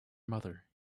mother